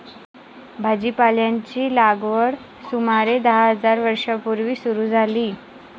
भाजीपाल्याची लागवड सुमारे दहा हजार वर्षां पूर्वी सुरू झाली